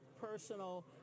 personal